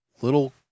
little